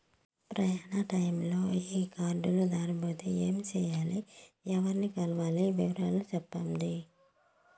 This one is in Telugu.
ప్రయాణ టైములో ఈ కార్డులు దారబోతే ఏమి సెయ్యాలి? ఎవర్ని కలవాలి? వివరాలు సెప్పండి?